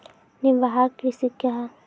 निवाहक कृषि क्या हैं?